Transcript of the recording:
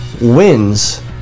Wins